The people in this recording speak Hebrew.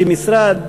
כמשרד,